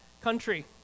country